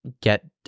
get